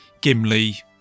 Gimli